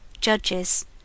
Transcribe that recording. judges